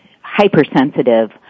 hypersensitive